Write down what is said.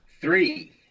Three